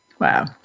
Wow